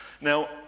now